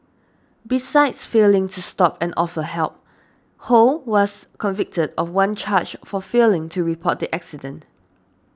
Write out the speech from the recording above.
besides failing to stop and offer help Ho was convicted of one charge for failing to report the accident